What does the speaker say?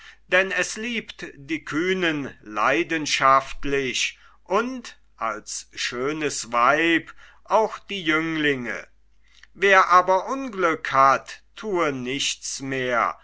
denn es liebt die kühnen leidenschaftlich und als schönes weib auch die jünglinge wer aber unglück hat thue nichts mehr